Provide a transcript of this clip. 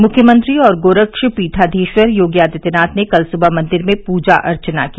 मुख्यमंत्री और गोरक्षपीठाधीश्वर योगी आदित्यनाथ ने कल सुबह मंदिर में पूजा अर्चना की